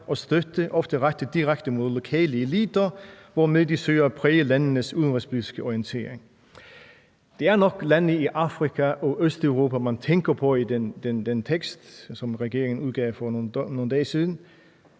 og støtte, ofte rettet direkte mod lokale eliter, hvormed de søger at præge landenes udenrigspolitiske orientering«. Det er nok lande i Afrika og Østeuropa, man tænker på i den tekst, som regeringen udgav for nogle dage siden,